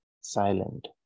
silent